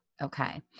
Okay